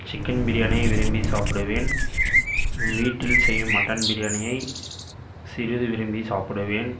chicken பிரியாணியை விரும்பி சாப்பிடுவேன் வீட்டில் செய்யும் மட்டன் பிரியாணியை சிறிது விரும்பி சாப்பிடுவேன்